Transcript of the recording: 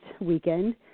weekend